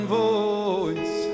voice